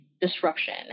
disruption